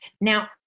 now